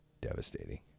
devastating